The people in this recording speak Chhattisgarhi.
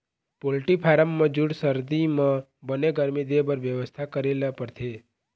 पोल्टी फारम म जूड़ सरदी म बने गरमी देबर बेवस्था करे ल परथे